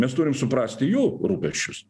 mes turim suprasti jų rūpesčius